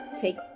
take